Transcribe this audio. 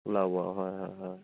ওলাব হয় হয় হয়